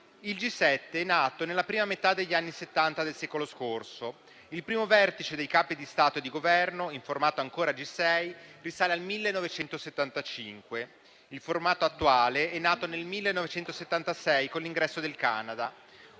Il G7 è nato nella prima metà degli anni Settanta del secolo scorso. Il primo Vertice dei Capi di Stato e di Governo, in formato ancora G6, risale al 1975; il formato attuale è nato nel 1976 con l'ingresso del Canada.